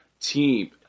team